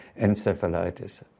encephalitis